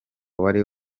wari